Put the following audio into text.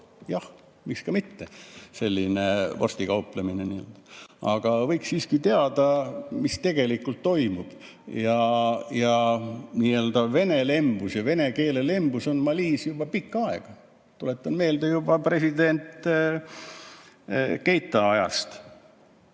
Jah, miks ka mitte, selline vorstikauplemine. Aga võiks siiski teada, mis tegelikult toimub. Nii‑öelda Vene lembus ja vene keele lembus on Malis juba pikka aega. Tuletan meelde, et seda oli juba president Keïta ajal,